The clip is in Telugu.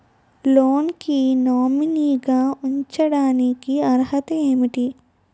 లోన్ కి నామినీ గా ఉండటానికి అర్హత ఏమిటి?